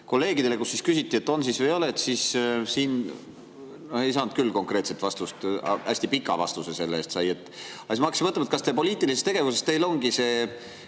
kolleegidele, kus küsiti, et on siis või ei ole, siis ei saanud küll konkreetset vastust, hästi pika vastuse selle eest sai. Siis ma hakkasin mõtlema, kas poliitilises tegevuses teil ongi see